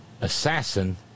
assassin